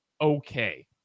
okay